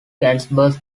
gettysburg